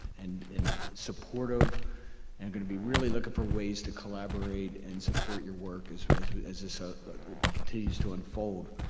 and and supportive and going to be really looking for ways to collaborate and support your work as as this ah but continues to unfold.